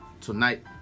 tonight